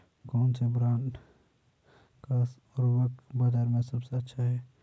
कौनसे ब्रांड का उर्वरक बाज़ार में सबसे अच्छा हैं?